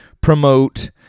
promote